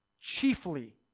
Chiefly